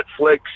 Netflix